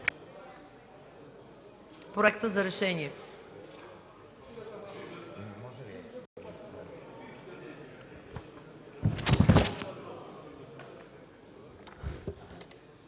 проекта за решение.